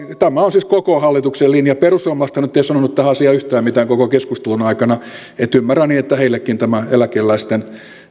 tämä on siis koko hallituksen linja perussuomalaisethan nyt ei ole sanonut tähän asiaan yhtään mitään koko keskustelun aikana ymmärrän niin että heillekin hyvin sopii tämä eläkeläisten